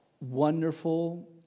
wonderful